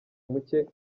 muke